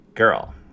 girl